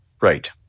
Right